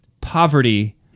poverty